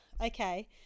okay